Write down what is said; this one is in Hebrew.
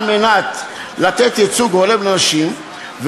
על מנת לתת ייצוג הולם לנשים,